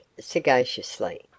sagaciously